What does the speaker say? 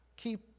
Keep